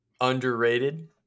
underrated